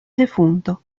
defunto